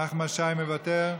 נחמן שי, מוותר,